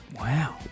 Wow